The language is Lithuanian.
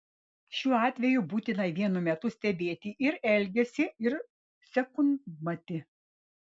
šiuo atveju būtina vienu metu stebėti ir elgesį ir sekundmatį